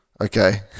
okay